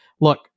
look